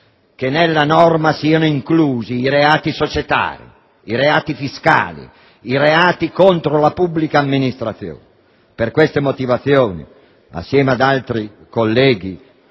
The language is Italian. che nella norma siano inclusi i reati societari, i reati fiscali, i reati contro la pubblica amministrazione. Per queste motivazioni, insieme ad altri colleghi